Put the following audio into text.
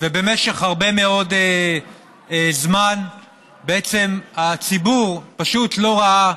ובמשך הרבה מאוד זמן הציבור פשוט לא ראה,